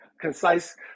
concise